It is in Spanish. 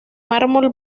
mármol